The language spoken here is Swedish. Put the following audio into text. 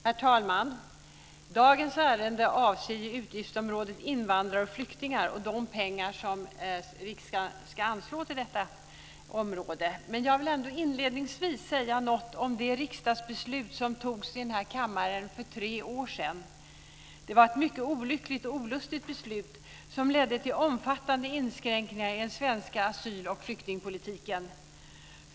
Herr talman! Dagens ärende avser utgiftsområdet Invandrare och flyktingar och de pengar som vi ska anslå till detta område. Jag vill inledningsvis säga något om det riksdagsbeslut som togs i denna kammare för tre år sedan. Det var ett mycket olyckligt och olustigt beslut, som ledde till omfattande inskränkningar i den svenska asyloch flyktingpolitiken.